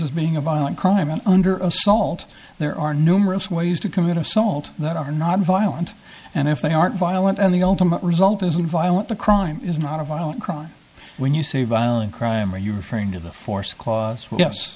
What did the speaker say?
as being a violent crime and under assault there are numerous ways to commit of salt that are not violent and if they aren't violent and the ultimate result isn't violent the crime is not a violent crime when you say violent crime are you referring to the force yes yes